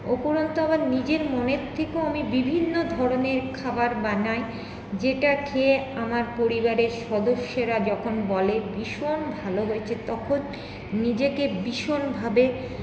অফুরন্ত আবার নিজের মনের থেকেও আমি বিভিন্নধরণের খাবার বানাই যেটা খেয়ে আমার পরিবারের সদস্যেরা যখন বলে ভীষণ ভালো হয়েছে তখন নিজেকে ভীষণভাবে